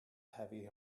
heavy